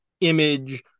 Image